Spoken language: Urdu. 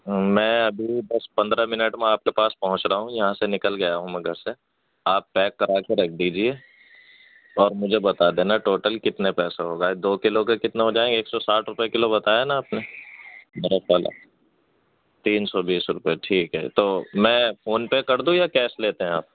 میں ابھی دس پندرہ منٹ میں آپ کے پاس پہنچ رہا ہوں یہاں سے نکل گیا ہوں میں گھر سے آپ پیک کرا کے رکھ دیجیے اور مجھے بتا دینا ٹوٹل کتنے پیسے ہو گئے دو کلو کے کتنے ہو جائیں گے ایک سو ساٹھ روپے کلو بتایا نا آپ نے برف والا تین سو بیس روپے ٹھیک ہے تو میں فون پے کر دوں یا کیش لیتے ہیں آپ